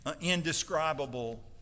indescribable